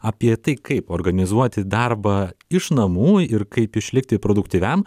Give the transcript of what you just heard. apie tai kaip organizuoti darbą iš namų ir kaip išlikti produktyviam